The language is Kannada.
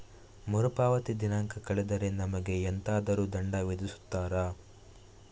ಮರುಪಾವತಿ ದಿನಾಂಕ ಕಳೆದರೆ ನಮಗೆ ಎಂತಾದರು ದಂಡ ವಿಧಿಸುತ್ತಾರ?